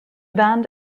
band